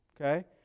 Okay